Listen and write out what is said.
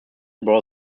bore